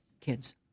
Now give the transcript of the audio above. kids